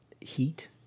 heat